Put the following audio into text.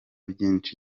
byinshi